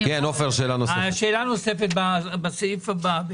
השאלה הנוספת בסעיף הבא,